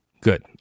Good